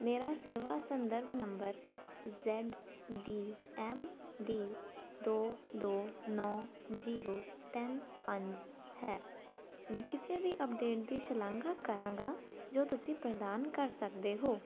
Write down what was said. ਮੇਰਾ ਸੇਵਾ ਸੰਦਰਭ number Z D M D ਦੋ ਦੋ ਨੌ ਜੀਰੋ ਤਿੰਨ ਪੰਜ ਹੈ ਮੈਂ ਕਿਸੇ ਵੀ ਅਪਡੇਟ ਦੀ ਸ਼ਲਾਘਾ ਕਰਾਂਗਾ ਜੋ ਤੁਸੀਂ ਪ੍ਰਦਾਨ ਕਰ ਸਕਦੇ ਹੋ